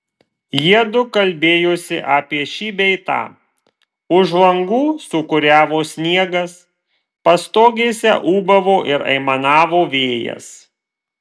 jiedu kalbėjosi apie šį bei tą už langų sūkuriavo sniegas pastogėse ūbavo ir aimanavo vėjas